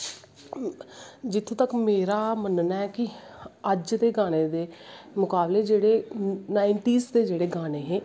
जित्थें तक मेरा मनना ऐ कि अज्ज दे गाने दे मकावले जेह्ड़े नाईनटीस दे जेह्ड़े गाने हे